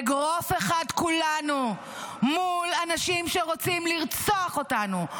אגרוף אחד כולנו מול אנשים שרוצים לרצוח אותנו,